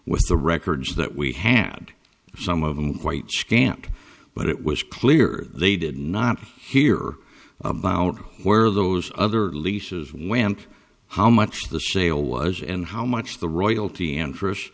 with the records that we had some of them quite scant but it was clear they did not hear about where those other leases went how much the sale was and how much the royalty